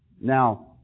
Now